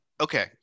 Okay